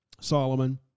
Solomon